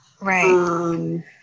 Right